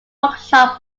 workshop